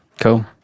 Cool